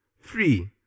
free